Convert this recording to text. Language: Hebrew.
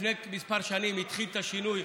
לפני כמה שנים התחיל השינוי,